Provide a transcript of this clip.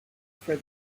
for